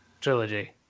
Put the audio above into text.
trilogy